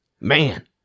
Man